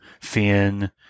Finn